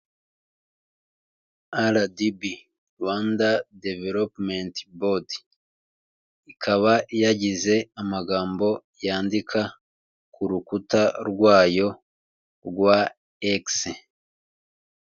Aradibi Rwanda developumenti bodi, ikaba yagize amagambo yandika ku rukuta rwayo rwa ekisi.